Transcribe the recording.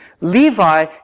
Levi